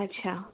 আচ্ছা